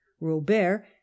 robert